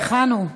היכן הוא?